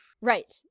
right